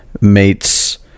meets